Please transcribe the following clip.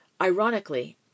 Ironically